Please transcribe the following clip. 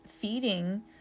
feeding